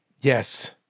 Yes